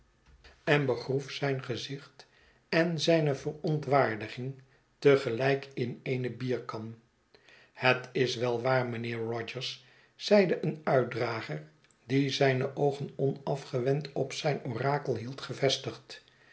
en begroef zijn gezicht en zijne verontwaardiging te gelijk in eene bierkan het is wel waar mijnheer rogers zeide een uitdrager die zijne oogen onafgewend op zijn orakel hield gevestigd